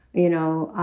you know,